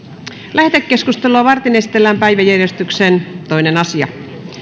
lähetekeskustelua varten esitellään päiväjärjestyksen toinen asia